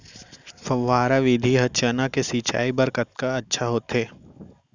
फव्वारा विधि ह चना के सिंचाई बर कतका अच्छा होथे?